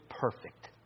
perfect